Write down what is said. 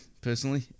personally